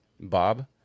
Bob